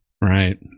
Right